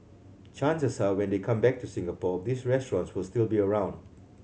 chances are when they come back to Singapore these restaurants will still be around